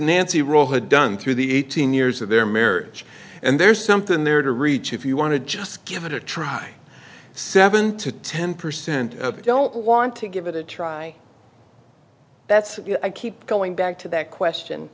nancy roll had done through the eighteen years of their marriage and there's something there to reach if you want to just give it a try seven to ten percent of you don't want to give it a try that's i keep going back to that question